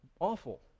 awful